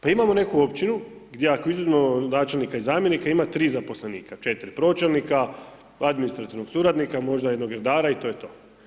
Pa imamo neku općinu gdje ako izuzmemo načelnika i zamjenika ima 3 zaposlenika, 4, pročelnika, administrativnog suradnika, možda jednog redara i to je to.